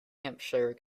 hampshire